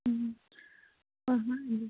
ꯎꯝ ꯍꯣꯏ ꯍꯣꯏ ꯑꯗꯨ